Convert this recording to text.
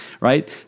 right